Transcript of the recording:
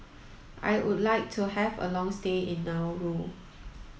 I would like to have a long stay in Nauru